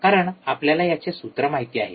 कारण आपल्याला याचे सूत्र माहिती आहे